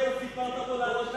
כמה עובדות אתה סיפרת לאנשים,